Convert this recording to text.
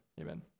amen